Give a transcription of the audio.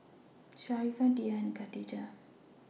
Sharifah Dhia and Khatijah